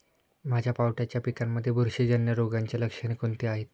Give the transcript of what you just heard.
माझ्या पावट्याच्या पिकांमध्ये बुरशीजन्य रोगाची लक्षणे कोणती आहेत?